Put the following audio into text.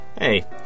Hey